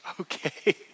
Okay